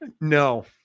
No